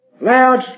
loud